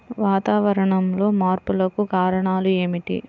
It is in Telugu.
వాతావరణంలో మార్పులకు కారణాలు ఏమిటి?